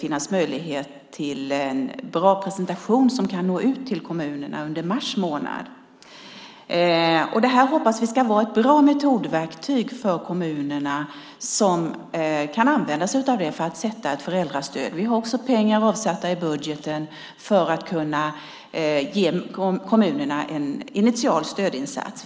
finnas möjlighet till en bra presentation som kan nå ut till kommunerna under mars månad. Det här hoppas vi ska vara ett bra metodverktyg för kommunerna som kan använda sig av det för ett föräldrastöd. Vi har också pengar avsatta i budgeten för att kunna ge kommunerna en initial stödinsats.